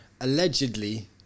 allegedly